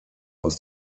aus